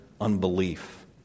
unbelief